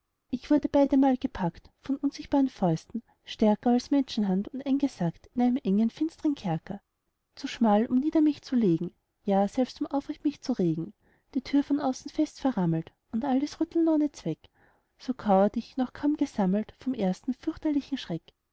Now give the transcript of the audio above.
ich wurde beidemal gepackt von unsichtbaren fäusten stärker als menschenhand und eingesackt in einen engen finstren kerker zu schmal um nieder mich zu legen ja selbst um aufrecht mich zu regen die tür von außen fest verrammelt und alles rütteln ohne zweck so kauert ich noch kaum gesammelt vom ersten fürchterlichen schreck